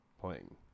playing